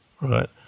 right